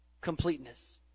Completeness